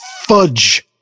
fudge